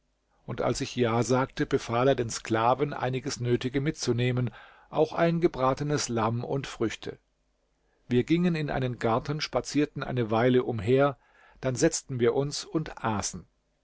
und als ich ja sagte befahl er den sklaven einiges nötige mitzunehmen auch ein gebratenes lamm und früchte wir gingen in einen garten spazierten eine weile umher dann setzten wir uns und aßen